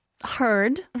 heard